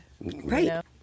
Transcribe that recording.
Right